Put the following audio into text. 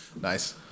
Nice